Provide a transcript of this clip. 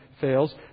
fails